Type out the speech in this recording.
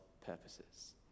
purposes